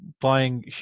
buying